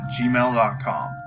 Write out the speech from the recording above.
gmail.com